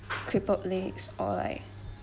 crippled legs or like